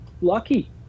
lucky